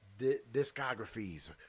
discographies